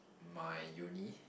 my uni